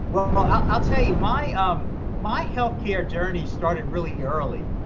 well, i'll tell you, my um my healthcare journey started really early.